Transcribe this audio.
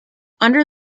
under